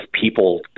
people